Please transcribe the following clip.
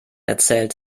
erzählt